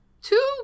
Two